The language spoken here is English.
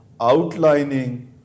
outlining